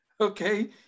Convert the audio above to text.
okay